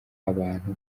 abantu